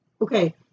Okay